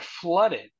flooded